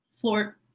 Floor